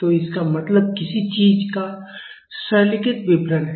तो इसका मतलब किसी चीज़ का सरलीकृत विवरण है